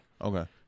Okay